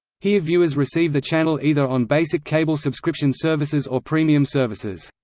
here viewers receive the channel either on basic cable subscription services or premium services.